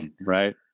right